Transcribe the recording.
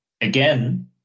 again